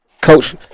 coach